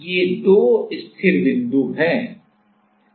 अब इस तरह की संरचना का उपयोग वेरिएबल कैपेसिटर के रूप में भी किया जा सकता है